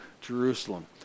Jerusalem